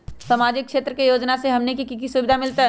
सामाजिक क्षेत्र के योजना से हमनी के की सुविधा मिलतै?